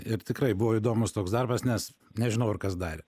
ir tikrai buvo įdomus toks darbas nes nežinau ar kas darė